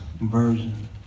Version